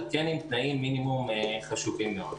אבל כן עם תנאי מינימום חשובים מאוד.